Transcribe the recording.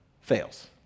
fails